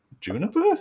Juniper